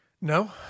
No